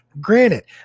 Granted